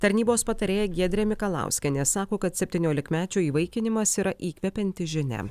tarnybos patarėja giedrė mikalauskienė sako kad septyniolikmečio įvaikinimas yra įkvepianti žinia